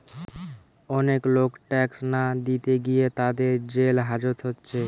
অনেক লোক ট্যাক্স না দিতে গিয়ে তাদের জেল হাজত হচ্ছে